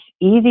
easy